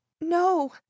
No